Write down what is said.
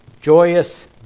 joyous